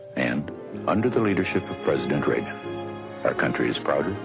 and under the leadership of president reagan our country is prouder,